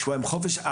שבועיים חופש,